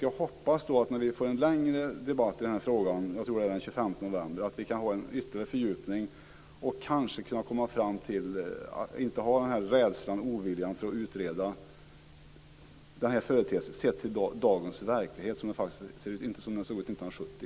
Jag hoppas att när vi får en längre debatt i denna fråga - jag tror det blir den 25 november - vi kan få en ytterligare fördjupning och kanske kan komma fram till att inte ha rädslan och oviljan att utreda den här företeelsen sedd i dagens verklighet, inte som den såg ut 1970.